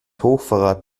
hochverrat